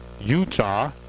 Utah